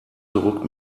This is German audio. zurück